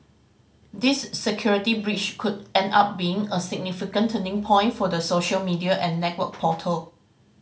this security breach could end up being a significant turning point for the social media and network portal